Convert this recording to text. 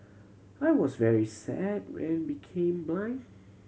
I was very sad when became blind